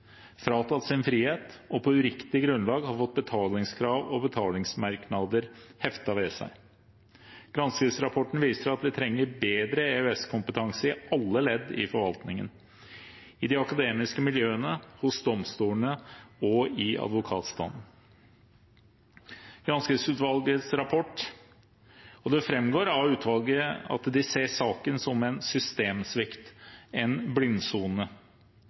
fratatt sin frihet og på uriktig grunnlag har fått betalingskrav og betalingsmerknader heftet ved seg. Granskingsrapporten viser at vi trenger bedre EØS-kompetanse i alle ledd i forvaltningen, i de akademiske miljøene, hos domstolene og i advokatstanden. Det framgår av utvalgets rapport at de ser saken som en systemsvikt, en blindsone.